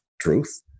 truth